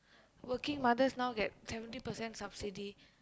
working mothers now get seventy percent subsidy